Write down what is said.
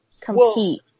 compete